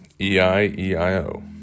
E-I-E-I-O